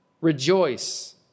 Rejoice